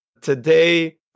today